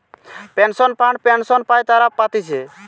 pension fund pension পাই তারা পাতিছে